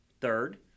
Third